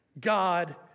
God